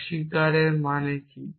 অস্বীকার মানে কি